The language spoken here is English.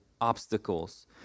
obstacles